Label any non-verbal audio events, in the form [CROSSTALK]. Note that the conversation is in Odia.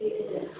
କେତେ [UNINTELLIGIBLE]